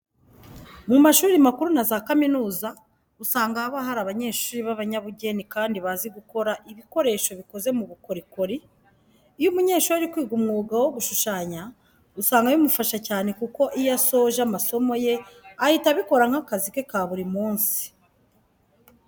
Mu mashuri makuru na za kaminuza usanga haba hari abanyeshuri b'abanyabugeni kandi bazi gukora ibikoresho bikoze mu bukorikori. Iyo umunyeshuri ari kwiga umwuga wo gushushanya, usanga bimufasha cyane kuko iyo asoje amasomo ye ahita abikora nk'akazi ke ka buri munsi.